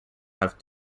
have